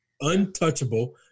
untouchable